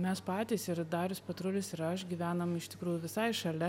mes patys ir darius petrulis ir aš gyvenam iš tikrųjų visai šalia